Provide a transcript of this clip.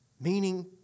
Meaning